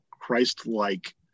christ-like